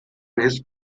his